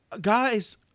guys